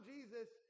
Jesus